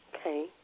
Okay